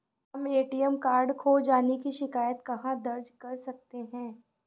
हम ATM card खो जाने की शिकायत कहाँ दर्ज कर सकते हैं?